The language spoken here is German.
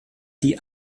die